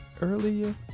earlier